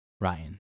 Ryan